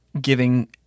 giving